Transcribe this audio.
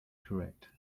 correct